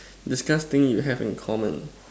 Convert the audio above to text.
discuss thing you have in common